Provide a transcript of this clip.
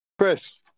Chris